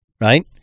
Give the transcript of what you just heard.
right